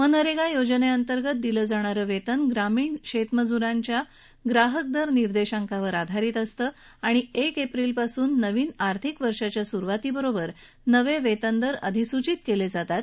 मनरेगा योजने अंतर्गत दिलं जाणारं वेतन ग्रामीण शेतमजुरांच्या ग्राहक दर निर्देशांकावर आधारित असतं आणि एक एप्रिलपासून नव्या आर्थिक वर्षाच्या सुरुवातीबरोबर नवे वेतन दर अधिसूचित केले जातात